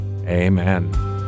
Amen